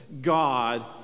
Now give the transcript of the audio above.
God